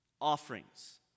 Offerings